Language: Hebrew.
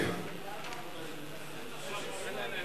בבקשה.